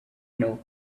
know